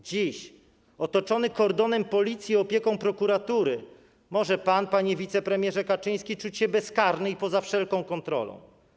Dziś, otoczony kordonem policji i opieką prokuratury, może pan, panie wicepremierze Kaczyński, czuć się bezkarny i poza wszelką kontrolą.